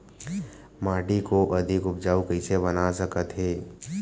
माटी को अधिक उपजाऊ कइसे बना सकत हे?